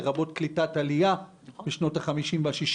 לרבות קליטת עלייה בשנות ה-50 וה-60